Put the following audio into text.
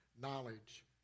knowledge